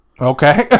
Okay